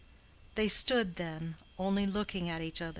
they stood then, only looking at each other,